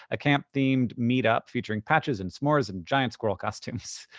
a camp-themed meetup featuring patches and s'mores and giant squirrel costumes.